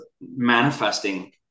manifesting